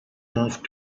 moved